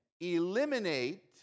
eliminate